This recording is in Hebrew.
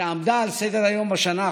שעמדה על סדר-היום בשנה האחרונה.